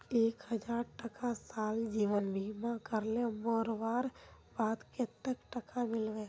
एक हजार टका साल जीवन बीमा करले मोरवार बाद कतेक टका मिलबे?